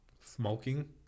smoking